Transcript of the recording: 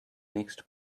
next